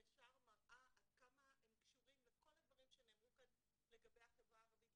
ישר מראה עד כמה הם קשורים לכל הדברים שנאמרו כאן לגבי החברה הערבית,